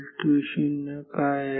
t0 काय आहे